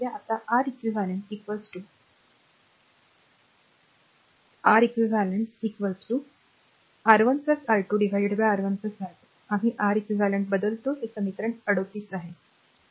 आता R eq I R eq R1 R2 R1 R2 आम्ही Req बदलतो हे समीकरण 38 आहे